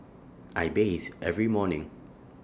I bathe every morning